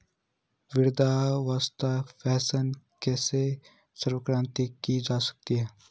वृद्धावस्था पेंशन किसे स्वीकृत की जा सकती है?